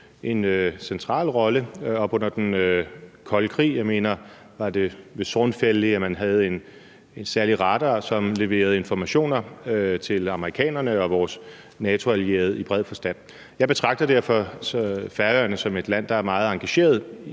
en central rolle under den kolde krig. Jeg mener, det var ved Sornfelli, man havde en særlig radar, som leverede informationer til amerikanerne og vores NATO-allierede i bred forstand. Jeg betragter derfor Færøerne som et land, der er meget engageret